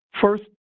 first